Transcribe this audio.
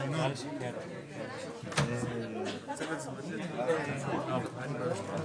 אני אתייחס כי אני כתבתי את הפסקה הזאת.